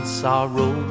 sorrow